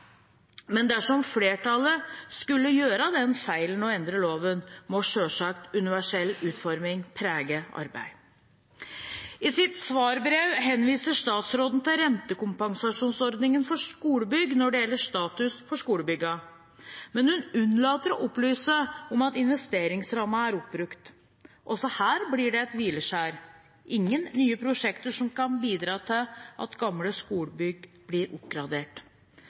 Men dersom flertallet skulle gjøre den feilen å endre loven, må selvsagt universell utforming prege arbeidet. I sitt svarbrev henviser statsråden til rentekompensasjonsordningen for skolebygg når det gjelder status for skolebyggene, men hun unnlater å opplyse om at investeringsrammen er oppbrukt. Også her blir det et hvileskjær – ingen nye prosjekter som kan bidra til at gamle skolebygg blir oppgradert.